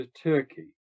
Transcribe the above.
turkey